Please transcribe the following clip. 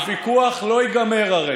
הרי הוויכוח לא ייגמר.